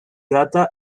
data